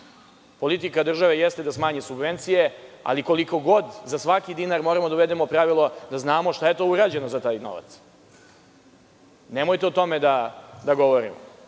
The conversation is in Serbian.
Politika države jeste da smanji subvencije, ali kod za svaki dinar moramo da uvedemo pravilo da znamo šta je to urađeno za taj novac. Nemojte o tome da govorimo. Znači,